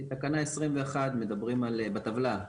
תקנה 21 מדברים בטבלה,